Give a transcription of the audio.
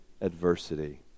adversity